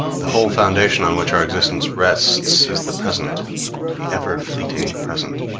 the whole foundation on which our existence rests is the present the ever-fleeting present.